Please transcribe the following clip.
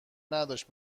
نداشته